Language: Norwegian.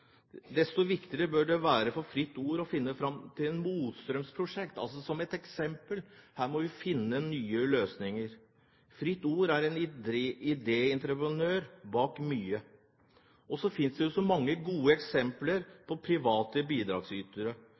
Desto viktigere bør det være for Fritt Ord å finne fram til motstrømsprosjekter, som et eksempel. Her må vi finne nye løsninger. Fritt Ord er en idéentreprenør bak mye. Så finnes det jo mange gode eksempler på private bidragsytere.